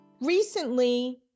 Recently